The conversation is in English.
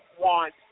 want